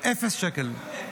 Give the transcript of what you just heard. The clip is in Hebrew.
אפס שקל.